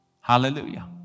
Hallelujah